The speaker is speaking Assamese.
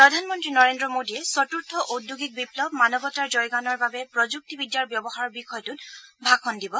প্ৰধানমন্ত্ৰী নৰেন্ৰ মোডীয়ে চতুৰ্থ ঔদ্যোগিক বিপ্লৱ মানৱতাৰ জয়গানৰ বাবে প্ৰযুক্তিবিদ্যাৰ ব্যৱহাৰ বিষয়ত ভাষণ দিব